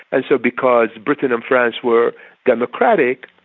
and so because britain and france were democratic,